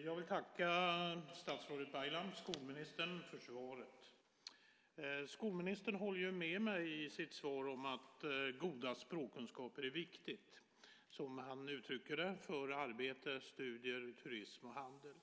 Herr talman! Jag vill tacka skolminister Baylan för svaret. Skolministern håller med mig i sitt svar om att goda språkkunskaper är viktigt för, som han uttrycker det, arbete, studier, turism och handel.